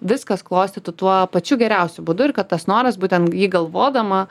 viskas klostytų tuo pačiu geriausiu būdu ir kad tas noras būtent jį galvodama